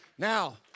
Now